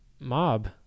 Mob